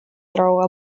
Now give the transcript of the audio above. throw